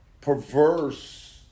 perverse